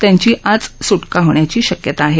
त्यांची आज सुटका होण्याची शक्यता आहे